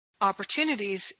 opportunities